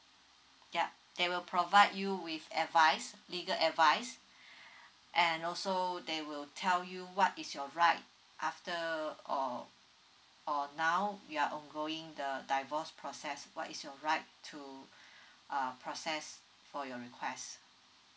yeah they will provide you with advice legal advice and also they will tell you what is your right after or or now we are ongoing the divorce process what is your right to uh process for your request